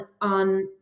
on